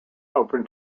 open